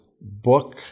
book